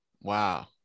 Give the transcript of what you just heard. Wow